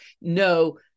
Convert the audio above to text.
no